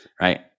right